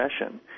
session